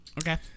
Okay